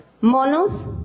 ¿Monos